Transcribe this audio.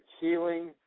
healing